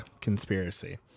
conspiracy